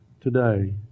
today